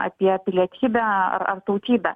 apie pilietybę ar tautybę